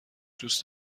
دوست